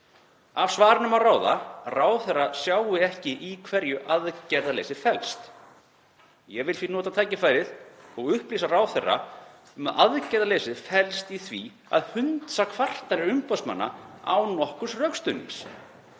Af svarinu má ráða að ráðherra sjái ekki í hverju aðgerðaleysið felst. Ég vil því nota tækifærið og upplýsa ráðherra um að aðgerðaleysið felst í því að hunsa kvartanir umboðsmanna án nokkurs rökstuðnings.